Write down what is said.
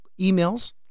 emails